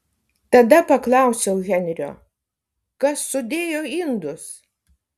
tada paklausiau henrio kas sudėjo indus